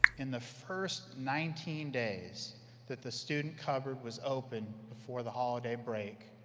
in the first nineteen days that the student cupboard was open before the holiday break,